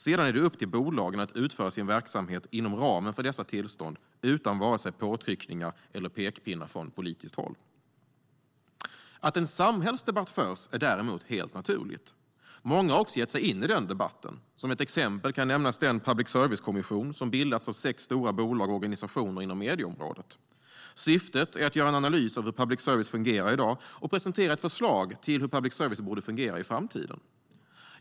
Sedan är det upp till bolagen att utföra sin verksamhet inom ramen för dessa tillstånd, utan vare sig påtryckningar eller pekpinnar från politiskt håll. Att en samhällsdebatt förs är däremot helt naturligt. Många har också gett sig in i den debatten. Som ett exempel kan nämnas den public service-kommission som har bildats av sex stora bolag och organisationer inom medieområdet. Syftet är att göra en analys av hur public service fungerar i dag och presentera ett förslag till hur public service borde fungera i framtiden.